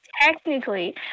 technically